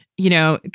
you know,